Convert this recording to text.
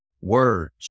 words